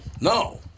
No